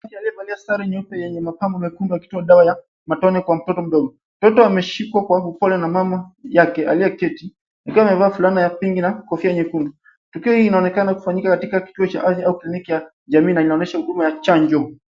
Mtu aliyevalia sare nyeupe yenye mapambo mekundu akitoa dawa ya matone kwa mtoto mdogo. Mtoto ameshikwa kwa upole na mama yake aliyeketi akiwa amevaa fulana ya pinki na kofia nyekundu. Tukio hii inaonekana kufanyika katika kituo cha afya au kliniki ya jamii na inaonyesha huduma ya chanjo.